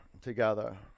together